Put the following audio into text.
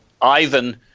Ivan